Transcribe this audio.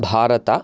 Bharata